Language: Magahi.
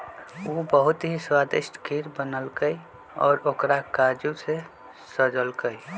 उ बहुत ही स्वादिष्ट खीर बनल कई और ओकरा काजू से सजल कई